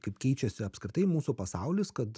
kaip keičiasi apskritai mūsų pasaulis kad